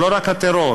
זה לא רק הטרור,